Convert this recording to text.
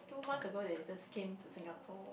two months ago they just came to Singapore